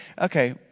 okay